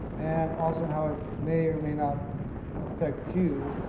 and also how it may or may not affect you,